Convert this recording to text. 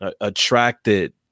attracted